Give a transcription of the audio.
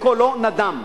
וקולו נדם.